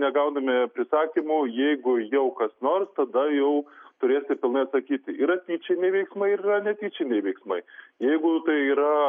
negauname prisakymų jeigu jau kas nors tada jau turėsi pilnai atsakyti yra tyčiniai veiksmai ir yra netyčiniai veiksmai jeigu tai yra